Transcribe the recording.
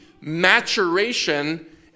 maturation